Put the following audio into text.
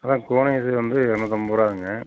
அதுதான் cone ice வந்து இரநூத்தம்பது ரூபாங்க